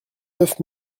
neuf